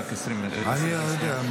אין לך בושה?